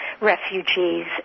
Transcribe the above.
refugees